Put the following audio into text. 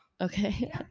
okay